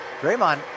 Draymond